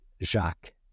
Jacques